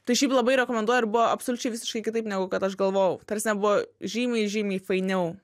tai šiaip labai rekomenduoju ir buvo absoliučiai visiškai kitaip negu kad aš galvojau ta prasme buvo žymiai žymiai fainiau